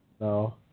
No